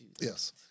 yes